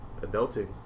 adulting